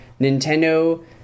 Nintendo